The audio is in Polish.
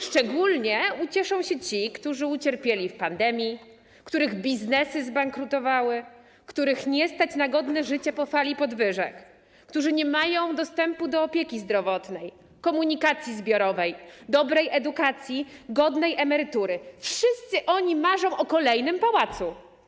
Szczególnie ucieszą się ci, którzy ucierpieli w pandemii, których biznesy zbankrutowały, których nie stać na godne życie po fali podwyżek, którzy nie mają dostępu do opieki zdrowotnej, komunikacji zbiorowej, dobrej edukacji, godnej emerytury, bo wszyscy oni marzą o kolejnym pałacu.